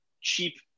cheap